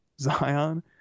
Zion